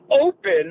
open